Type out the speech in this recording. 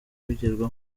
bigerwaho